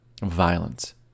Violence